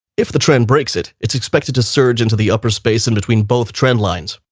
if the trend breaks it, it's expected to surge into the upper space in between both trend lines.